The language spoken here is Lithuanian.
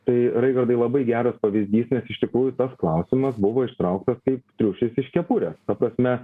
tai raigardai labai geras pavyzdys iš tikrųjų tas klausimas buvo ištrauktas kaip triušis iš kepurės ta prasme